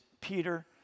Peter